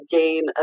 gain